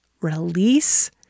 release